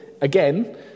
again